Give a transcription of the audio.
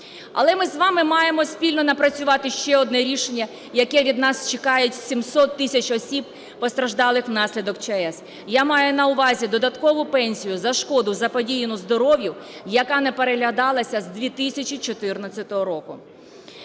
Але ми з вами маємо спільно напрацювати ще одне рішення, яке від нас чекають 700 тисяч осіб, постраждалих внаслідок ЧАЕС. Я маю на увазі додаткову пенсію за шкоду, заподіяну здоров'ю, яка не переглядалася з 2014 року.